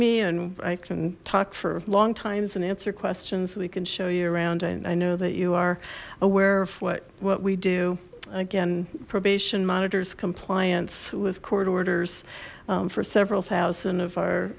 me and i can talk for long times and answer questions we can show you around and i know that you are aware of what what we do again probation monitors compliance with court orders for several thousand of our